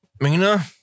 Mina